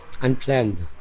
unplanned